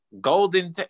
golden